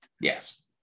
Yes